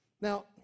Now